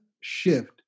shift